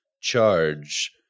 charge